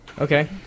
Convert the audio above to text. Okay